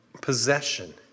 possession